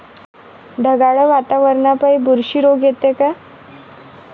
ढगाळ वातावरनापाई बुरशी रोग येते का?